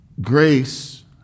Grace